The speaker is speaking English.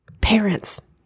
Parents